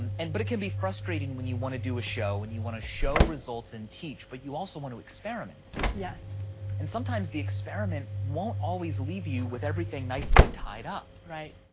and and but it can be frustrating when you wanna do a show, and you wanna show results and teach, but you also want to experiment. and sometimes the experiment won't always leave you with everything nicely tied up. right.